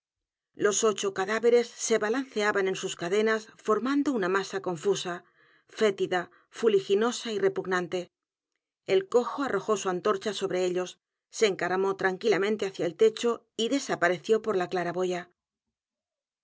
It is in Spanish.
los ocho cadáveres se balanceaban en sus cadenas formando una masa confusa fétida fuliginosa y repugnante el cojo arrojó su antorcha sobre ellos se encaramó tranquilamente hacia el techo y desapareció por la claraboya